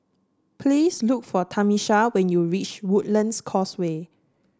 please look for Tamisha when you reach Woodlands Causeway